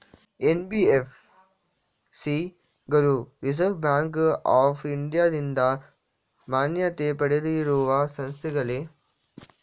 NBFC ಗಳು reserve bank of ಇಂಡಿಯಾದಿಂದ ಮಾನ್ಯತೆ ಪಡೆದಿರುವ ಸಂಸ್ಥೆಗಳೇ?